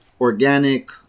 organic